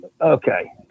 Okay